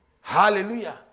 Hallelujah